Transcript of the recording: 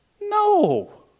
No